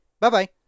Bye-bye